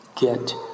get